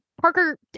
Parker